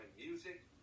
music